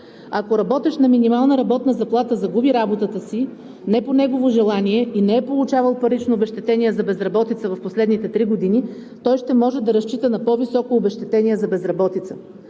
Ако работещ на минимална работна заплата загуби работата си не по негово желание и не е получавал парично обезщетение за безработица в последните три години, той ще може да разчита на по-високо обезщетение за безработица.